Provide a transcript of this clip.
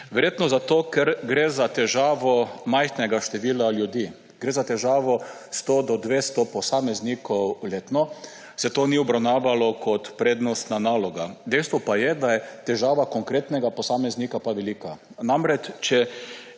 Verjetno zato, ker gre za težavo majhnega števila ljudi, gre za težavo 100 do 200 posameznikov letno, se to ni obravnavalo kot prednostna naloga. Dejstvo pa je, da je težava konkretnega posameznika velika. Namreč, če